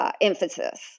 emphasis